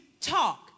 talk